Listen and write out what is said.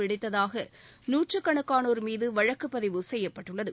வெடித்ததாக நூற்றுக்கணக்கானோா் மீது வழக்கு பதிவு செய்யப்பட்டுள்ளது